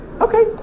Okay